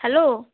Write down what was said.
hello